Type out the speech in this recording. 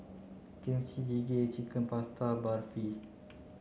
Kimchi Jjigae Chicken Pasta Barfi